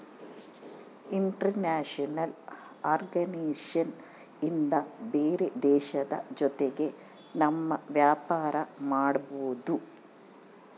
international organisation ಇಂದ ಬೇರೆ ದೇಶದ ಜೊತೆಗೆ ನಮ್ ವ್ಯಾಪಾರ ಮಾಡ್ಬೋದು